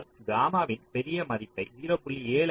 ஆனால் காமாவின் பெரிய மதிப்பை 0